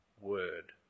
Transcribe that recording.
word